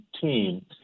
team